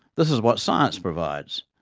this is what science provides,